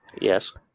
Yes